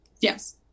yes